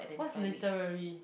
what's literary